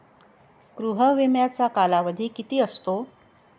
गृह विम्याचा कालावधी किती असतो?